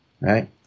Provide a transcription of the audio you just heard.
right